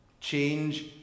Change